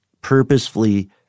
purposefully